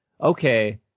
okay